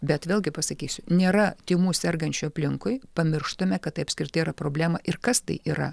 bet vėlgi pasakysiu nėra tymų sergančių aplinkui pamirštame kad tai apskritai yra problema ir kas tai yra